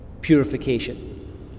purification